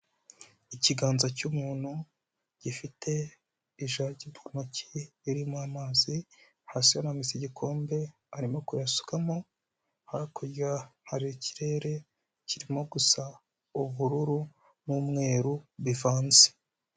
Ikiganza cy'umuntu gifite ijagi mu ntoki irimo amazi, hasi harambitse igikombe arimo kuyasukamo, hakurya hari ikirere kirimo gusa ubururu n'umweru bivanze.